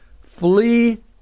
Flee